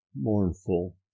mournful